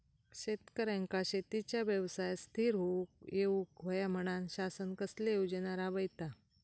शेतकऱ्यांका शेतीच्या व्यवसायात स्थिर होवुक येऊक होया म्हणान शासन कसले योजना राबयता?